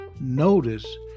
Notice